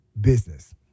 business